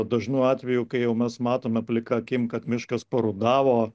dažnu atveju kai jau mes matome plika akim kad miškas parudavo